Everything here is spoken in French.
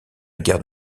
guerre